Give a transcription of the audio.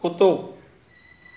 कुतो